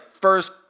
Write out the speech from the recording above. first